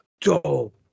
dope